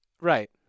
Right